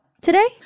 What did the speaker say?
Today